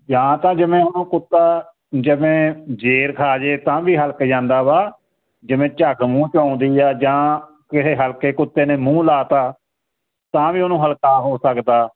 ਜਾਂ ਤਾਂ ਜਿਵੇਂ ਹੁਣ ਕੁੱਤਾ ਜਿਵੇਂ ਜੇਰ ਖਾਜੇ ਤਾਂ ਵੀ ਹਲਕ ਜਾਂਦਾ ਵਾ ਜਿਵੇਂ ਝੱਗ ਮੂੰਹ ਤੇ ਆਉਂਦੀ ਆ ਜਾਂ ਕਿਸੇ ਹਲਕੇ ਕੁੱਤੇ ਨੇ ਮੂੰਹ ਲਾ ਤਾ ਤਾਂ ਵੀ ਉਹਨੂੰ ਹਲਕਾਅ ਹੋ ਸਕਦਾ